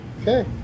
Okay